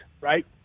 right